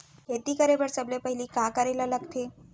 खेती करे बर सबले पहिली का करे ला लगथे?